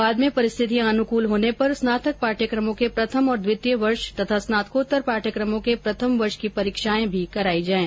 बाद में परिस्थितियां अनुकूल होने पर स्नातक पाठ्यक्रमों के प्रथम और द्वितीय वर्ष तथा स्नातकोत्तर पाठ्यक्रमों के प्रथम वर्ष की परीक्षाएं भी कराई जाएं